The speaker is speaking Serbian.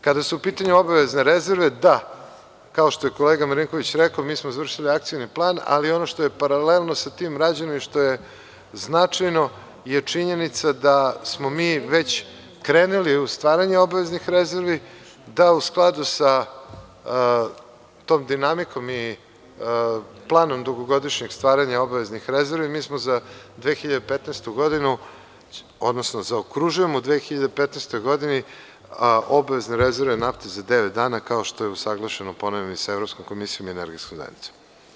Kada su u pitanju obavezne rezerve, da, kao što je kolega Marinković rekao, mi smo završili akcioni plan, ali ono što je paralelno sa tim rađeno i što je značajno je činjenica da smo mi već krenuli u stvaranje obaveznih rezervi, da u skladu sa tom dinamikom i planom dugogodišnjeg stvaranja obaveznih rezervi mi smo za 2015. godinu, odnosno zaokružujemo u 2015. godini obavezne rezerve nafte za devet dana kao što je usaglašeno, ponavljam, i sa Evropskom komisijom i energetskom zajednicom.